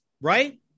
Right